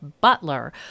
Butler